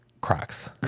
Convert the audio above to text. crocs